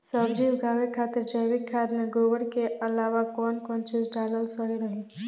सब्जी उगावे खातिर जैविक खाद मे गोबर के अलाव कौन कौन चीज़ डालल सही रही?